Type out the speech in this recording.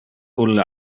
ulle